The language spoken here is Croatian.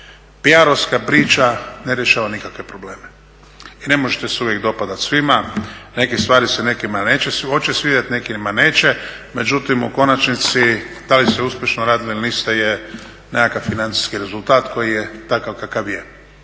tako … priča ne rješava nikakve probleme. I ne možete se uvijek dopadati svima, neke stvari se nekima hoće svidjeti, nekima neće, međutim u konačnici da li ste uspješno radili ili niste je nekakav financijski rezultat koji je takav kakav je.